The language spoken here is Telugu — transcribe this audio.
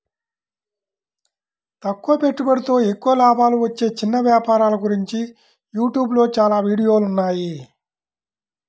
తక్కువ పెట్టుబడితో ఎక్కువ లాభాలు వచ్చే చిన్న వ్యాపారాల గురించి యూట్యూబ్ లో చాలా వీడియోలున్నాయి